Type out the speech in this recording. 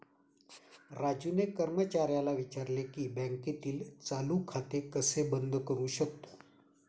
राजूने कर्मचाऱ्याला विचारले की बँकेतील चालू खाते कसे बंद करू शकतो?